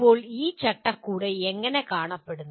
ഇപ്പോൾ ഈ ചട്ടക്കൂട് എങ്ങനെ കാണപ്പെടുന്നു